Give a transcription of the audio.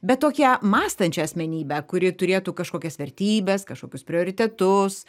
bet tokią mąstančią asmenybę kuri turėtų kažkokias vertybes kažkokius prioritetus